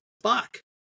Fuck